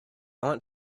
want